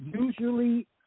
Usually